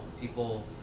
People